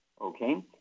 Okay